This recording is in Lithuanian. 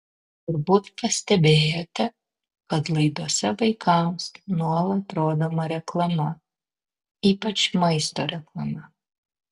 turbūt pastebėjote kad laidose vaikams nuolat rodoma reklama ypač maisto reklama